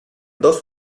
dos